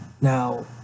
Now